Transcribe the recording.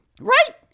Right